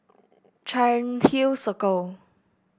Cairnhill Circle